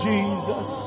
Jesus